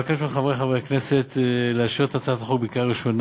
אבקש מחברי חברי הכנסת לאשר את הצעת החוק בקריאה ראשונה